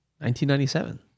1997